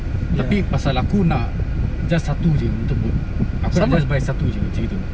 tapi pasal aku nak just satu jer untuk boat aku nak just buy satu jer macam gitu